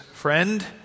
Friend